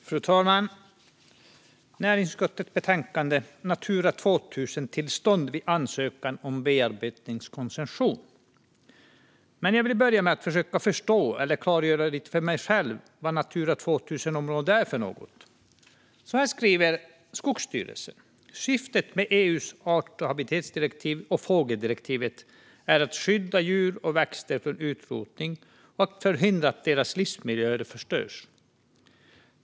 Fru talman! Näringsutskottets betänkande har titeln Natura 2000-tillstånd vid ansökan om bearbetningskoncession . Jag vill börja med att försöka förstå eller klargöra lite för mig själv vad Natura 2000-område är för något. Så här skriver Skogsstyrelsen: Syftet med EU:s art och habitatdirektiv och fågeldirektiv är att skydda djur och växter från utrotning och att förhindra att deras livsmiljöer förstörs.